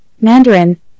Mandarin